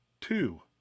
two